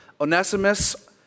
Onesimus